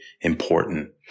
important